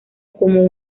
como